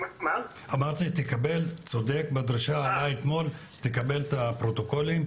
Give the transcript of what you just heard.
אתה תקבל את הפרוטוקולים.